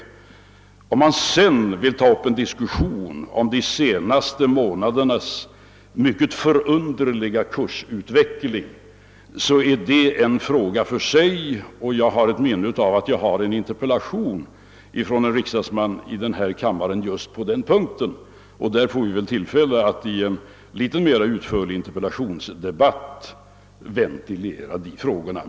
Vill man sedan ta upp en diskussion om de senaste månadernas mycket förunderliga kursutveckling så är det en fråga för sig. Jag har ett minne av att en ledamot av denna kammare riktat en interpellation till mig just på den punkten, och när svaret på den lämnas får vi väl tillfälle att i en litet utförligare interpellationsdebatt ventilera de problemen.